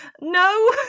no